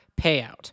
payout